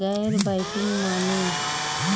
गैर बैंकिंग माने?